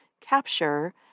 capture